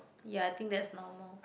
ya I think that's normal